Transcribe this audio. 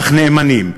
אך נאמנים,